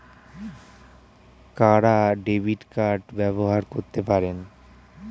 কারা debit card ব্যবহার করতে পারেন?